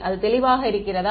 அது தெளிவாக இருக்கிறதா